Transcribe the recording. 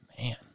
Man